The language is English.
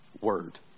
word